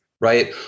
Right